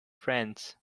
friends